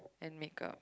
and make up